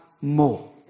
more